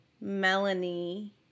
Melanie